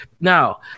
Now